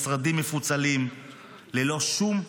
משרדים מפוצלים ללא שום הצדקה,